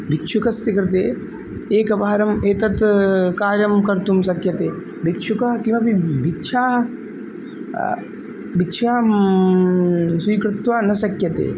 भिक्षुकस्य कृते एकवारम् एतत् कार्यं कर्तुं शक्यते भिक्षुकाः किमपि भिक्षा भिक्षां स्वीकृत्य न शक्यते